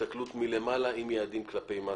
הסתכלות מלמעלה עם יעדים כלפי מטה.